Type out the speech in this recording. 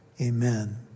amen